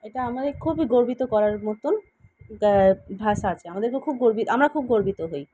এটা আমাদের খুবই গর্বিত করার মতন ভাষা আছে আমাদেরকে খুব আমরা খুব গর্বিত হই